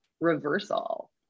reversal